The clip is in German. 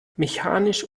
mechanisch